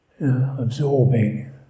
Absorbing